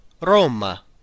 Roma